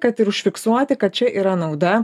kad ir užfiksuoti kad čia yra nauda